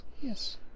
yes